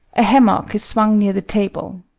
a hammock is swung near the table.